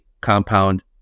compound